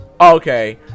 Okay